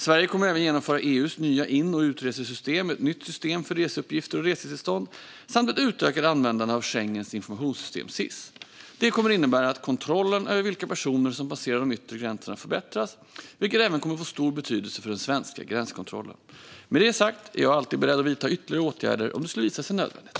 Sverige kommer även att genomföra EU:s nya in och utresesystem, ett nytt system för reseuppgifter och resetillstånd samt ett utökat användande av Schengens informationssystem, SIS. Det kommer innebära att kontrollen över vilka personer som passerar de yttre gränserna förbättras, vilket även kommer att få stor betydelse för den svenska gränskontrollen. Med det sagt är jag alltid beredd att vidta ytterligare åtgärder om det skulle visa sig nödvändigt.